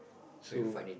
so